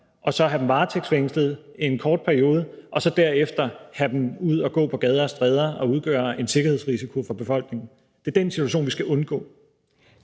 og så have dem varetægtsfængslet en kort periode og så derefter have dem ud at gå på gader og stræder og udgøre en sikkerhedsrisiko for befolkningen. Det er den situation, vi skal undgå.